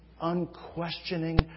unquestioning